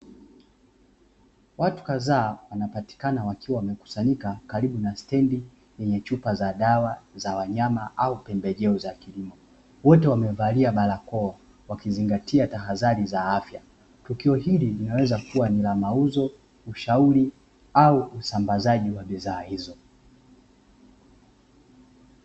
Watu kadhaa wanapatikana wakiwa wamekusanyika karibu na stendi yenye chupa za dawa za wanyama au pembejeo za kilimo. Wote wamevalia barakoa wakizingatia tahadhari za afya, tukio hili linaweza kuwa la mauzo, ushauri au usambazaji wa bidhaa hizo.